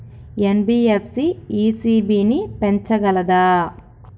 NBFC ECB ని పెంచగలదా?